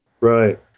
Right